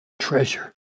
treasure